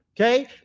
okay